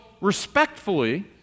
respectfully